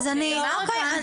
אין, אין.